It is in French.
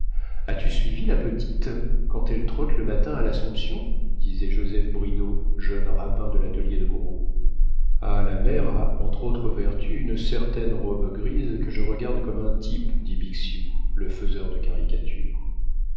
as-tu suivi la petite quand elle trotte le matin à l'assomption disait joseph bridau jeune rapin de l'atelier de gros ah la mère a entre autres vertus une certaine robe grise que je regarde comme un type dit bixiou le faiseur de caricatures